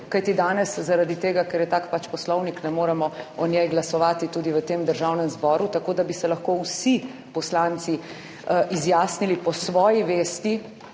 Kajti, danes zaradi tega, ker je tak pač poslovnik, ne moremo o njej glasovati tudi v tem Državnem zboru, tako da bi se lahko vsi poslanci izjasnili po svoji vesti,